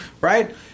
right